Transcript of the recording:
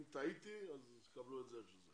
אם טעיתי, אז תקבלו את זה איך שזה.